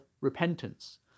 repentance